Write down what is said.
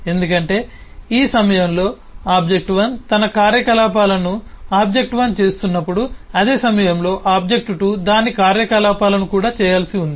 ఎందుకంటే ఈ సమయంలో O1 తన కార్యకలాపాలను 01 చేస్తున్నప్పుడు అదే సమయంలో O2 దాని కార్యకలాపాలను కూడా చేయాల్సి ఉంటుంది